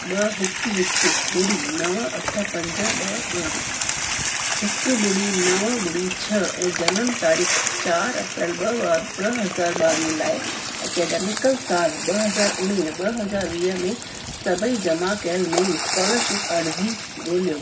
ॿ हिकु हिकु ॿुड़ी नवं अठ पंज ॿ ॿ हिकु ॿुड़ी नवं ॿुड़ी छह ऐं जनम तारीख़ु चार अप्रेल ॿ व ॿ हज़ार ॿावीह लाइ अकेडेमिकिल सालु ॿ हज़ार उणिवीह ॿ हज़ार वीह में सभई जमा कयल नईं स्कॉलरशिप अर्ज़ी ॻोल्हियो